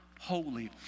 holy